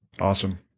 Awesome